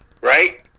right